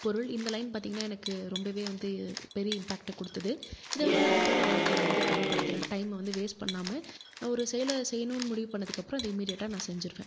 பொருள் இந்த லைன் பாத்திங்கன்னா எனக்கு ரொம்ப வந்து பெரிய இம்பேக்ட்டை கொடுத்துது இது வந்து நான் அன்றாட வாழ்க்கையில் வந்து பயன்படுத்துகிறேன் டைம்மை வந்து வேஸ்ட் பண்ணாமல் ஒரு செயலை செய்யணும்னு முடிவு பண்ணதுக்கு அப்றம் அதை இம்மீடியட்டாக நான் செஞ்சுருவேன்